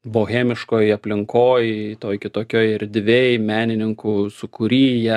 bohemiškoj aplinkoj toj kitokioj erdvėj menininkų sūkury ją